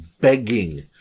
begging